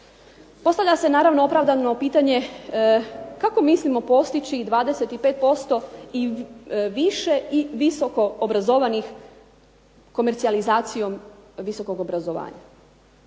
Postavlja se naravno opravdano pitanje kako mislimo postići i 25% i više i visoko obrazovanih komercijalizacijom visokog obrazovanja.